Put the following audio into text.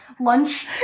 lunch